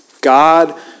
God